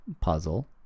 puzzle